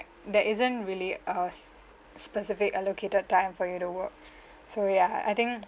there isn't really a s~ specific allocated time for you to work so ya I think